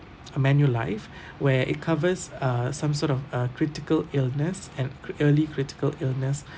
uh Manulife where it covers uh some sort of uh critical illness and crit~ early critical illness